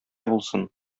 булсын